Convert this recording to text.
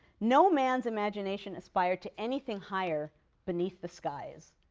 no mans imagination aspired to any thing higher beneath the skies.